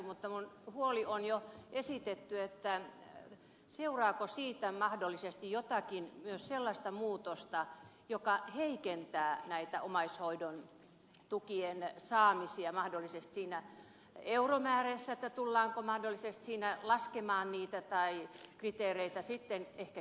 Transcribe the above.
mutta huoli on jo esitetty seuraako siitä mahdollisesti myös jotakin sellaista muutosta joka heikentää omaishoidon tukien saamisia tullaanko mahdollisesti euromääräisesti laskemaan niitä tai ehkä sitten kriteereitä kiristämään